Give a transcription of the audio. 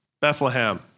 Bethlehem